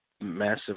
massive